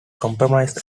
compromised